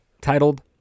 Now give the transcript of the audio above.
titled